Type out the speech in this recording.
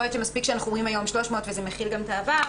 יכול להיות שמספיק שאנחנו אומרים היום 300 וזה מכיל גם את העבר.